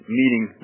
meeting